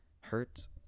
hurts